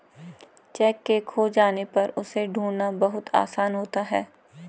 cheque के खो जाने पर उसे ढूंढ़ना बहुत आसान होता है